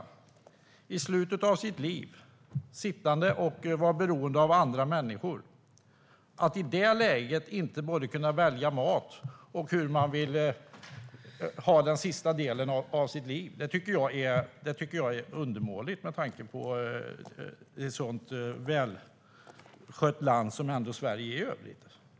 Att i slutet av sitt liv sitta och vara beroende av andra människor och i det läget varken kunna välja mat eller hur man vill ha det den sista delen av livet tycker jag är undermåligt med tanke på vilket välskött land Sverige ändå är i övrigt.